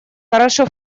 хорошо